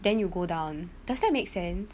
then you go down does that make sense